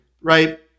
right